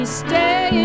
stay